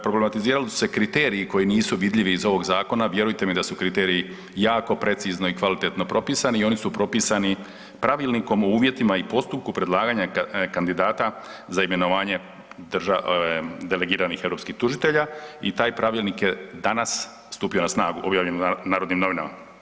Problematiziralo su se kriteriji koji nisu vidljivi iz ovog zakona, vjerujte mi da su kriteriji jako precizno i kvalitetno propisani i oni su propisani Pravilnikom o uvjetima i postupku predlaganja kandidata za imenovanje delegiranih europskih tužitelja i taj pravilnik je danas stupio na snagu, objavljen u Narodnim novinama.